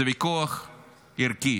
זה ויכוח ערכי.